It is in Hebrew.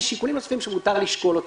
אלה שיקולים נוספים שמותר לשקול אותם.